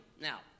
Now